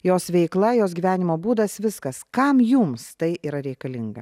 jos veikla jos gyvenimo būdas viskas kam jums tai yra reikalinga